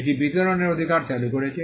এটি বিতরণের অধিকার চালু করেছে